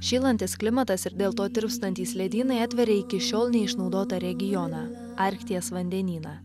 šylantis klimatas ir dėl to tirpstantys ledynai atveria iki šiol neišnaudotą regioną arkties vandenyną